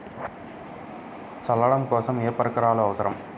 చల్లడం కోసం ఏ పరికరాలు అవసరం?